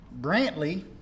Brantley